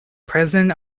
president